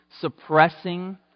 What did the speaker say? suppressing